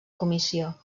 comissió